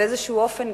באיזשהו אופן,